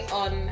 on